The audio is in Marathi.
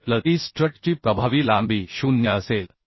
तर L e स्ट्रटची प्रभावी लांबी 0 असेल